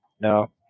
no